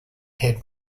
head